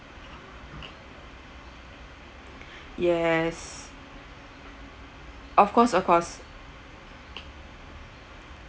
yes of course of course